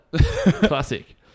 Classic